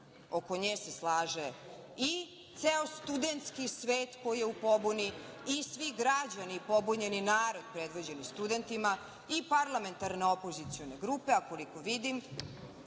oko nje se slaže i ceo studenski svet koji je u pobuni i svi građani pobunjeni narod predvođenim studentima i parlamentarne opozicione grupe, a koliko vidim